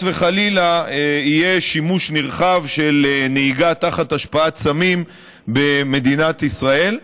וחלילה יהיה שימוש נרחב בנהיגה תחת השפעת סמים במדינת ישראל.